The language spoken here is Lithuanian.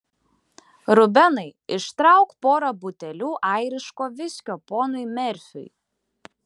rubenai ištrauk porą butelių airiško viskio ponui merfiui